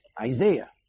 Isaiah